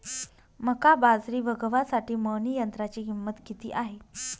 मका, बाजरी व गव्हासाठी मळणी यंत्राची किंमत किती आहे?